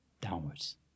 downwards